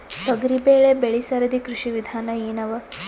ತೊಗರಿಬೇಳೆ ಬೆಳಿ ಸರದಿ ಕೃಷಿ ವಿಧಾನ ಎನವ?